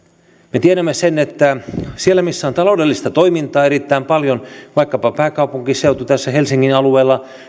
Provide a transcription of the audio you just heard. me tiedämme sen että kyllä siellä missä on taloudellista toimintaa erittäin paljon vaikkapa pääkaupunkiseudulla tässä helsingin alueella